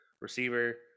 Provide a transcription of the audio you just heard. receiver